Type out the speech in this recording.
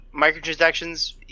Microtransactions